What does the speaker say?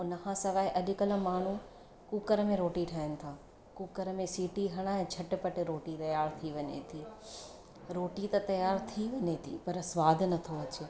उन खां सवाइ अॼुकल्ह माण्हू कुकर में रोटी ठाहिनि था कुकर में सिटी हणाए झट पट रोटी तयारु थी वञे थी रोटी त तयारु थी वञे थी पर सवादु नथो अचे